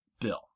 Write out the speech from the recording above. Bill